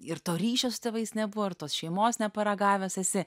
ir to ryšio su tėvais nebuvo ir tos šeimos neparagavęs esi